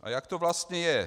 A jak to vlastně je?